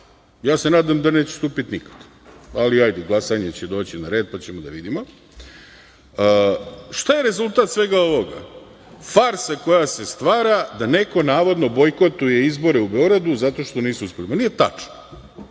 Ja se nadam da neće stupiti nikad, ali hajde glasanje će doći na red, pa ćemo da vidimo. Šta je rezultat svega ovoga? Farsa koja se stvara da neko navodno bojkotuje izbore u Beogradu zato što nisu uspeli. Ma nije tačno.